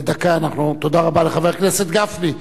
תודה רבה לחבר הכנסת גפני.